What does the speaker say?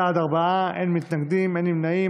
בעד, שמונה, אין מתנגדים, אין נמנעים.